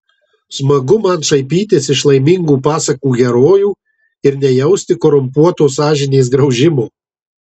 smagu man šaipytis iš laimingų pasakų herojų ir nejausti korumpuotos sąžinės graužimo